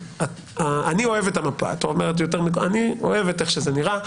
אני אוהב את המפה, אני אוהב איך שזה נראה.